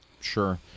Sure